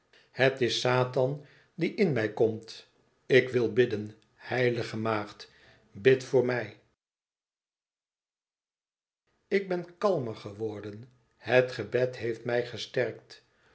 het is satan die in mij komt ik wil bidden heilige maagd bid voor mij ik ben kalmer geworden het gebed heeft mij gesterkt